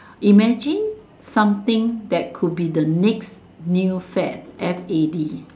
imagine something that could be the next new fad F A D